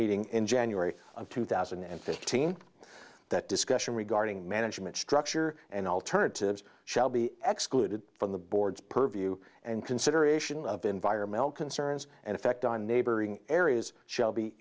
meeting in january of two thousand and fifteen that discussion regarding management structure and alternatives shall be executed from the board's purview and consideration of environmental concerns and effect on neighboring areas sh